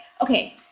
okay